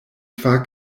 kvar